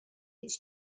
his